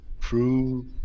true